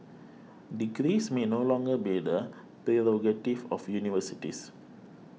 degrees may no longer be the prerogative of universities